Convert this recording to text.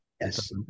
yes